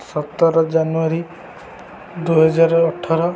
ସତର ଜାନୁଆରୀ ଦୁଇହଜାର ଅଠର